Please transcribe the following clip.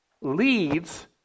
leads